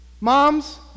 moms